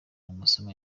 amasomo